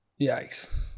yikes